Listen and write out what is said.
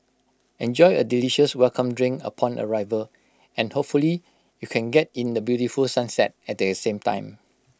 enjoy A delicious welcome drink upon arrival and hopefully you can get in the beautiful sunset at the same time